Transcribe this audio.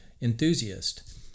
enthusiast